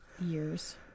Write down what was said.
Years